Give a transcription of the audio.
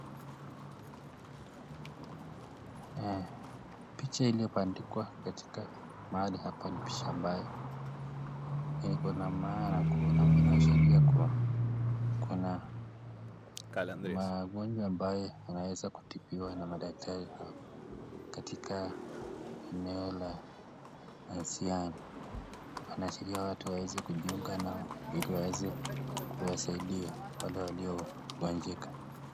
Picha ambayo imebadikwa mahali hapo ni picha yenye inaashiria kuwa magonjwa ambayo yanaweza kutibiwa na madaktari hao katika eneo hilo. Wanaashiria watu waweze kujiunga nao ili waweze kuwasaidia wale walio gonjeka.